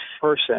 person